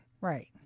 Right